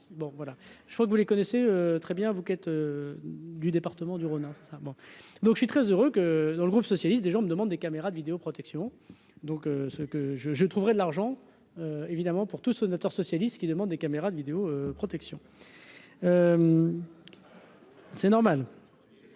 je crois que vous les connaissez très bien, vous qui êtes du département du Rhône, hein ça bon, donc je suis très heureux que dans le groupe socialiste des gens me demandent des caméras de vidéoprotection donc ce que je je trouverai de l'argent évidemment pour tous ceux, socialistes qui demandent des caméras de vidéo-protection. C'est normal.